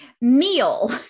meal